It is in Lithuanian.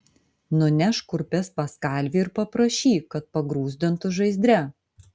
nunešk kurpes pas kalvį ir paprašyk kad pagruzdintų žaizdre